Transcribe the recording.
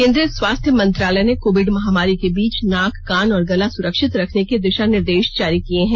केन्द्रीय स्वास्थ्य मंत्रालय ने कोविड महामारी के बीच नाक कान और गला सुरक्षित रखने के दिशा निर्देश जारी किये हैं